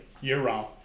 year-round